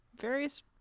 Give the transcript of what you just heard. various